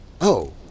Oh